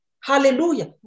Hallelujah